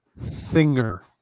Singer